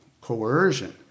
coercion